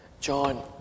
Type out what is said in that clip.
John